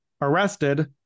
arrested